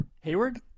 Hayward